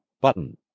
button